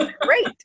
great